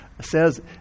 says